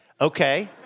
Okay